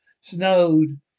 Snowed